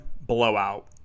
blowout